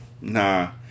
Nah